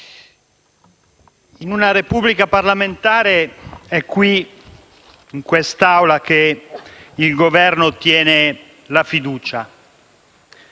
in una Repubblica parlamentare è qui, in quest'Aula, che il Governo ottiene la fiducia.